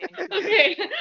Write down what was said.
Okay